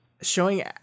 Showing